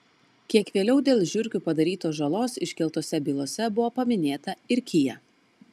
kiek vėliau dėl žiurkių padarytos žalos iškeltose bylose buvo paminėta ir kia